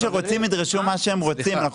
עסקים שרוצים ידרשו מה שהם רוצים.